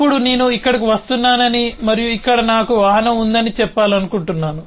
ఇప్పుడు నేను ఇక్కడకు వస్తున్నానని మరియు ఇక్కడ నాకు వాహనం ఉందని చెప్పాలనుకుంటున్నాను